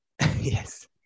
Yes